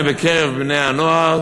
בקרב בני-הנוער